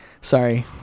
Sorry